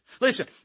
Listen